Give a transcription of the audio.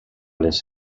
les